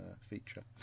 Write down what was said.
feature